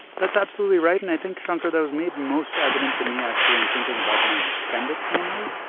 that's absolutely right. and i think, shankar, that was made most evident to me, actually, in thinking about my extended family,